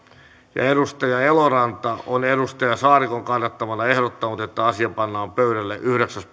eeva johanna eloranta on annika saarikon kannattamana ehdottanut että asia pannaan pöydälle yhdeksäs